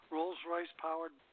Rolls-Royce-powered